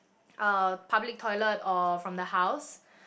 uh public toilet or from the house